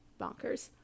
Bonkers